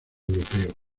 europeo